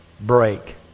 break